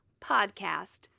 podcast